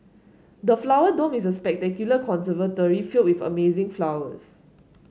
the Flower Dome is a spectacular conservatory filled with amazing flowers